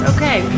Okay